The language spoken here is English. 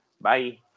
bye